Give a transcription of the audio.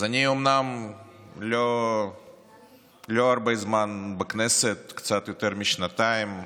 אומנם אני לא הרבה זמן בכנסת, קצת יותר משנתיים,